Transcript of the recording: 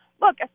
look